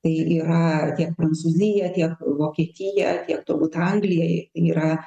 tai yra tiek prancūzija tiek vokietija ir turbūt anglija yra